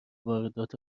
واردات